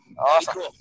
Awesome